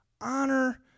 Honor